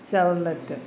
Chevrolet